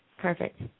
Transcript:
Perfect